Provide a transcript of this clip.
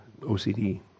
OCD